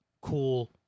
cool